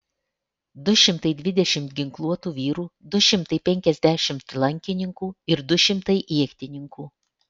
du šimtai dvidešimt ginkluotų vyrų du šimtai penkiasdešimt lankininkų ir du šimtai ietininkų